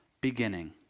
beginning